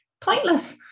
pointless